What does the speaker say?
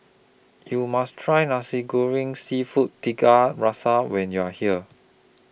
YOU must Try Nasi Goreng Seafood Tiga Rasa when YOU Are here